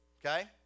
okay